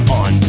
on